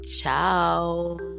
Ciao